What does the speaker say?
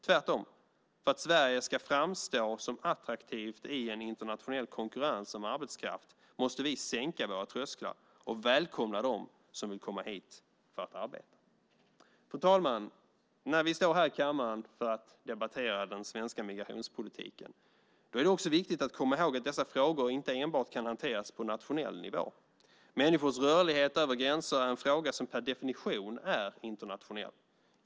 Tvärtom - för att Sverige ska framstå som attraktivt i en internationell konkurrens om arbetskraft måste vi sänka våra trösklar och välkomna dem som vill komma hit för att arbeta. Fru talman! När vi står här i kammaren för att debattera den svenska migrationspolitiken är det också viktigt att komma ihåg att dessa frågor inte enbart kan hanteras på nationell nivå. Människors rörlighet över gränser är en fråga som per definition är internationell.